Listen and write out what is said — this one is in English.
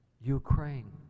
Ukraine